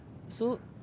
so